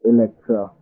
Electra